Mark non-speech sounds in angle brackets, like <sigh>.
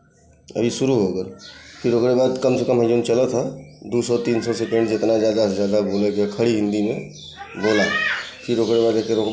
अभी शुरू होगा फिर ओकरे बाद कम से कम है जऊन चला था दो सौ तीन सौ सेकेंड जितना ज़्यादा से ज़्यादा बोलै के अहा खड़ी हिन्दी में बोला फिर ओकरे बाद एकर <unintelligible>